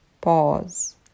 pause